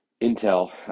intel